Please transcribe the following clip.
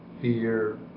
fear